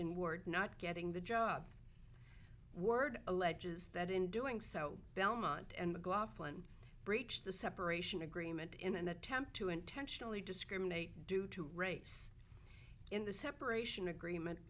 in ward not getting the job word alleges that in doing so belmont and mclaughlin breached the separation agreement in an attempt to intentionally discriminate due to race in the separation agreement